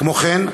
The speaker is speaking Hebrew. כמו כן,